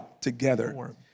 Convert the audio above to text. together